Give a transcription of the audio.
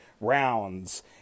rounds